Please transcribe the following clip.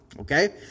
okay